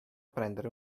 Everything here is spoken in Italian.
prendere